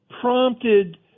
prompted